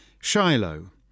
Shiloh